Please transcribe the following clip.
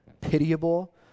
pitiable